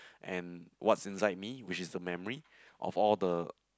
and what's inside me which is the memory of all the